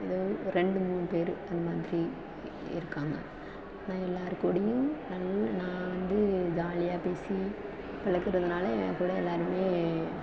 ஏதாவது ரெண்டு மூணு பேர் அந்த மாதிரி இருக்காங்க நான் எல்லார் கூடயும் நல்லா நான் வந்து ஜாலியாக பேசி பழகுறதுனால என் கூட எல்லோருமே